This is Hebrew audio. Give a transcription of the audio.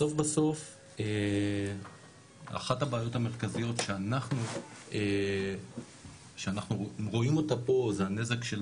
בסוף בסוף אחת הבעיות המרכזיות שאנחנו רואים אותה פה זה הנזק של